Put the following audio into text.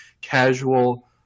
casual